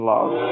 Love